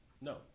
No